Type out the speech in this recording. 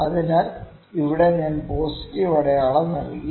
അതിനാൽ ഇവിടെ ഞാൻ പോസിറ്റീവ് അടയാളം നൽകി